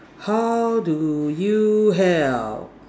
how do you help